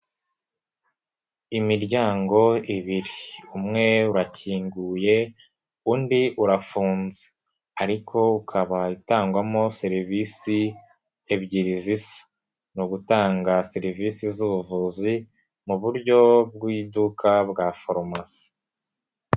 Imiryango ibiri, umwe urakinguye, undi urafunze ariko ukaba itangwamo serivisi ebyiri zisa. Ni ugutanga serivisi z'ubuvuzi mu buryo bw'iduka bwa foromasi.